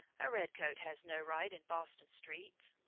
a redcoat has no right in boston streets.